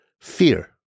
fear